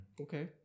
Okay